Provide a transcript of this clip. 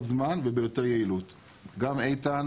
הציבור שלו ומעדכן גם את אגף פניות הציבור.